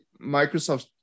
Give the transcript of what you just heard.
Microsoft